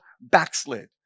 backslid